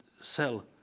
sell